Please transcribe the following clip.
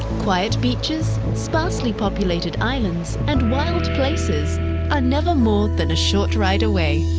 quiet beaches, sparsely populated islands and wild places are never more than short ride away.